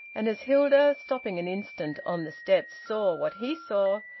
and as hilda, stopping an instant on the step, saw what he saw,